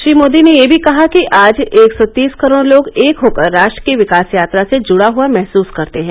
श्री मोदी ने यह भी कहा कि आज एक सौ तीस करोड लोग एक होकर राष्ट्र की विकास यात्रा से जुडा हआ महसस करते हैं